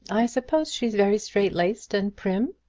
i suppose she's very straight-laced and prim.